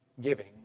giving